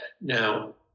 Now